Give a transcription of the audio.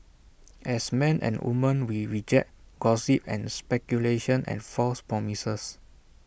as men and women we reject gossip and speculation and false promises